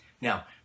Now